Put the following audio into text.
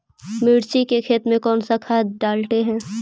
मिर्ची के खेत में कौन सा खाद डालते हैं?